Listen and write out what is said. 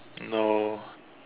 no